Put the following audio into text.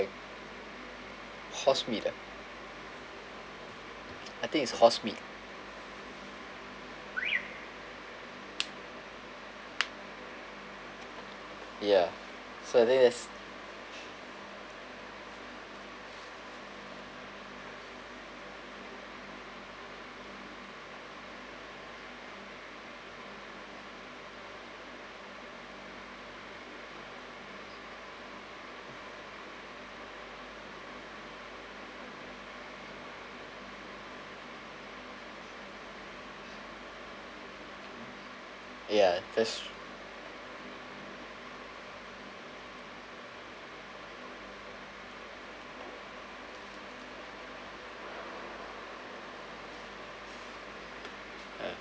horse meat ah I think it's horse meat ya so I think that's ya that's true